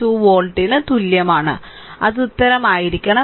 2 വോൾട്ടിന് തുല്യമാണ് അത് ഉത്തരം ആയിരിക്കണം